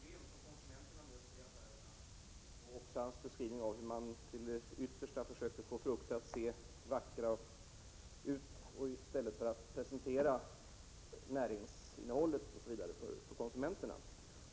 Fru talman! Jag delar i mycket den beskrivning som Alf Svensson har gjort av vilka problem konsumenterna möter i affärerna och också hans beskrivning av hur man till det yttersta försöker få frukten att se vacker ut i stället för att presentera näringsinnehåll osv. för konsumenterna.